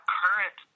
current